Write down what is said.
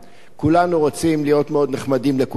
כולנו רוצים להיות מאוד נחמדים לכולם,